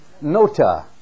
nota